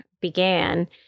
began